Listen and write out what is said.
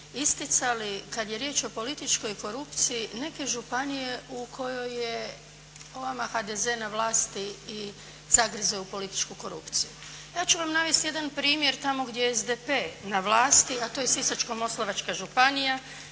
isticali kada je riječ o političkoj korupciji neke županije u kojoj je po vama HDZ na vlasti i zagrizao je u političku korupciju. Ja ću vam navesti jedan primjer tamo gdje je SDP na vlasti, a to je Sisačko-moslavačka županija,